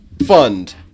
fund